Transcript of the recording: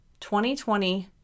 2020